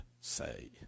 say